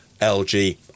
lg